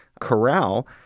corral